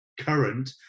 current